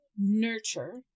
nurture